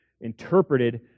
interpreted